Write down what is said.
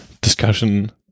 discussion